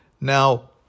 Now